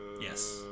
yes